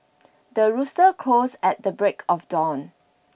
the rooster crows at the break of dawn